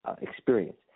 experience